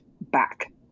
back